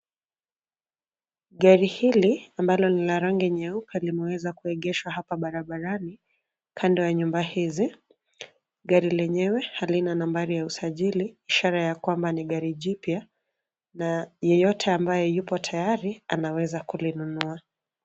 Gari hili ambalo ni la rangi nyeupe limeweza kuegeshwa hapa barabarani, kando ya nyumba hizi. Gari lenyewe halina nambari ya usajili, ishara ya kwamba ni gari jipya na yeyote ambaye yupo tayari, anaweza kulinunua.